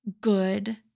good